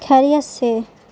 خیریت سے